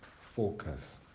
focus